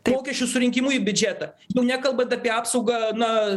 mokesčių surinkimu į biudžetą jau nekalbant apie apsaugą na